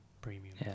premium